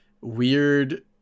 weird